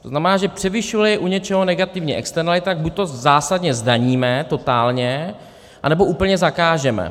To znamená, převyšujeli u něčeho negativní externalita, tak buď to zásadně zdaníme, totálně, anebo úplně zakážeme.